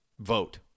Vote